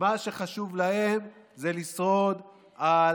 מה שחשוב להם זה לשרוד על